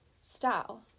style